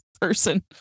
person